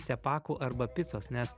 cepakų arba picos nes